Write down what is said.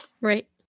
Right